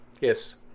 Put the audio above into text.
Yes